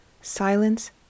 Silence